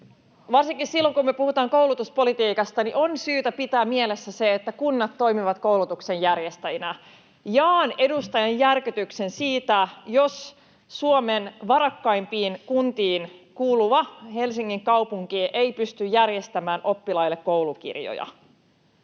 Varsinkin silloin, kun me puhutaan koulutuspolitiikasta, on syytä pitää mielessä se, että kunnat toimivat koulutuksen järjestäjinä. Jaan edustajan järkytyksen siitä, jos Suomen varakkaimpiin kuntiin kuuluva Helsingin kaupunki ei pysty järjestämään oppilaille koulukirjoja.